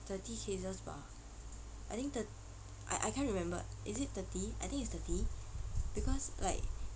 thirty cases lah I think thirt~ I I can't remember is it thirty I think it's thirty because like